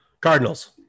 cardinals